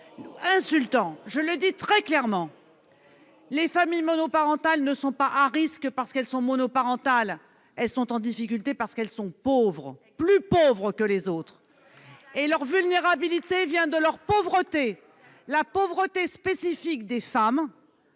insultant. Je le dis très clairement : les familles monoparentales ne sont pas à risque parce qu'elles sont monoparentales ; elles sont en difficulté parce qu'elles sont pauvres, plus pauvres que les autres. Leur vulnérabilité vient de leur pauvreté, de la pauvreté spécifique des femmes,